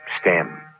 stem